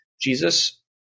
Jesus